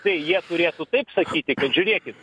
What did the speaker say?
tai jie turėtų taip sakyti kad žiūrėkit